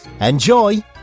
Enjoy